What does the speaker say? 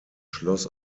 schloss